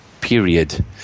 period